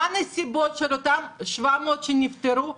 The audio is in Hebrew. מה הנסיבות של אותם 700 שנפטרו,